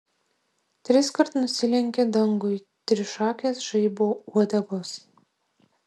triskart nusilenkė dangui trišakės žaibo uodegos